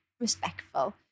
respectful